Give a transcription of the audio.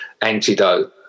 antidote